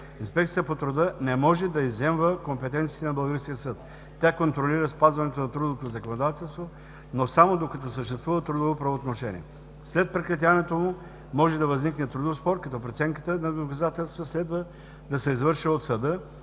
Инспекцията по труда не може да изземва компетенциите на българския съд. Тя контролира спазването на трудовото законодателство, но само докато съществува трудово правоотношение. След прекратяването му може да възникне трудов спор, като преценката на доказателствата следва да се извършва от съда,